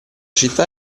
città